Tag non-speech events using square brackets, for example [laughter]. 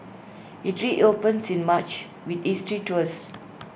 IT reopens in March with history tours [noise]